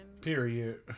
Period